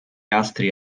astri